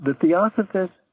theosophists